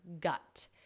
gut